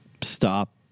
stop